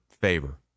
favor